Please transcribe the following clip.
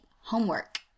homework